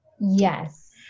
Yes